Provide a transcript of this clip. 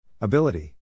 Ability